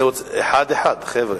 אחד-אחד, חבר'ה.